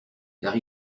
car